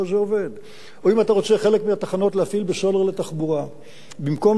או אם אתה רוצה חלק מהתחנות להפעיל בסולר לתחבורה במקום בסולר רגיל,